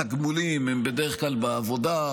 עולמות התגמולים הם בדרך כלל בעבודה,